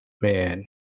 Man